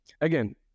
Again